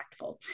impactful